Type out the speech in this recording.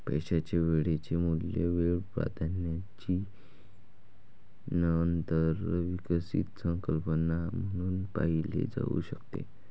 पैशाचे वेळेचे मूल्य वेळ प्राधान्याची नंतर विकसित संकल्पना म्हणून पाहिले जाऊ शकते